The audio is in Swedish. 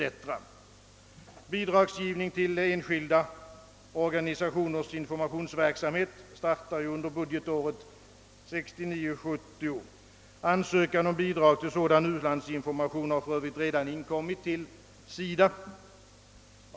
Bidragsgivning till enskilda organisationers informationsverksamhet startar under budgetåret 1969/ 70. Ansökningar om bidrag till sådan u-landsinformation har för övrigt redan kommit in till SIDA.